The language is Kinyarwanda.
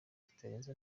kitarenze